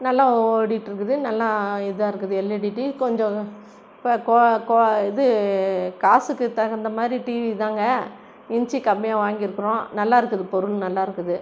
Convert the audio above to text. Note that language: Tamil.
நல்லா ஓடிகிட்ருக்குது நல்லா இதாக இருக்குது எல்இடி டிவி கொஞ்சம் இப்போ கொ கொ இது காசுக்கு தகுந்த மாதிரி டிவி இதாங்க இன்ச்சு கம்மியாக வாங்கியிருக்குறோம் நல்லா இருக்குது பொருள் நல்லாயிருக்குது